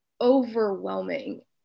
overwhelming